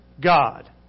God